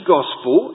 Gospel